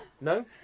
No